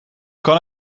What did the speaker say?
kan